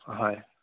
হয়